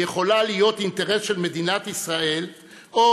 יכולה להיות אינטרס של מדינת ישראל או